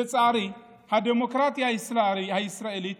לצערי, הדמוקרטיה הישראלית